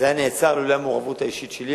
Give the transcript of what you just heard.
זה היה נעצר אילולא המעורבות האישית שלי.